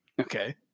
Okay